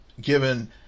given